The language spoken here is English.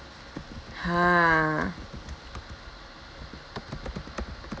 !huh!